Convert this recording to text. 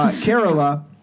Carola